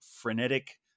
frenetic